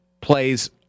plays